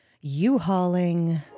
U-Hauling